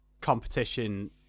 competition